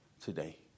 today